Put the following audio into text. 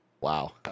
wow